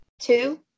Two